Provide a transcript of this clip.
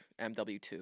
MW2